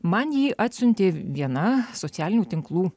man jį atsiuntė viena socialinių tinklų